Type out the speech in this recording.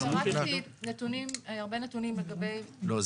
אני פירטתי הרבה נתונים לגבי --- לא,